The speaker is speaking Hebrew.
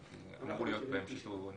שאמור להיות בהן שיטור עירוני,